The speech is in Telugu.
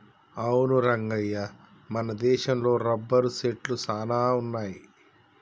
అవును రంగయ్య మన దేశంలో రబ్బరు సెట్లు సాన వున్నాయి